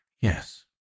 yes